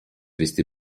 вести